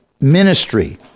ministry